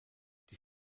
die